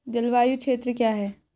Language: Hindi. जलवायु क्षेत्र क्या है?